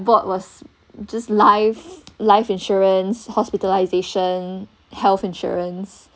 bought what was just life life insurance hospitalization health insurance